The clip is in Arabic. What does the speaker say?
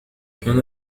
كان